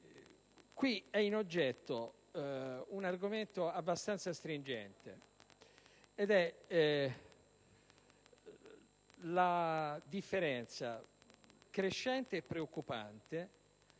Qui è in oggetto un argomento abbastanza stringente, ossia la differenza - crescente e preoccupante